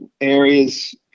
areas